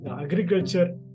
agriculture